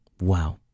Wow